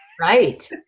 Right